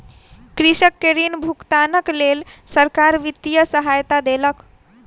कृषक के ऋण भुगतानक लेल सरकार वित्तीय सहायता देलक